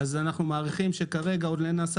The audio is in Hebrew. אז אנחנו מעריכים שכרגע עוד לא נעשה